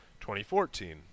2014